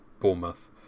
Bournemouth